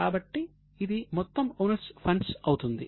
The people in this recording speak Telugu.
కాబట్టి ఇది మొత్తం ఓనర్స్ ఫండ్స్ అవుతుంది